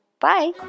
Bye